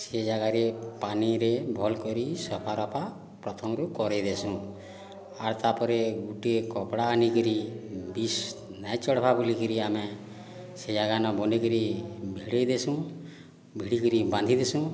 ସେ ଜାଗାରେ ପାଣିରେ ଭଲ କରି ସଫା ରଫା ପ୍ରଥମରୁ କରେଇ ଦେସୁଁ ଆର୍ ତା'ପରେ ଗୋଟିଏ କପଡ଼ା ଆଣିକରି ବିଷ ନାହିଁ ଚଢ଼ିବ ବୋଲିକରି ଆମେ ସେ ଜାଗାରେ ବନେଇକରି ଭିଡ଼ାଇ ଦେସୁଁ ଭିଡ଼ିକରି ବାନ୍ଧି ଦେସୁଁ